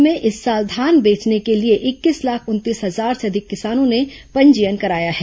राज्य में इस साल धान बेचने के लिए इक्कीस लाख उनतीस हजार से अधिक किसानों ने पंजीयन कराया है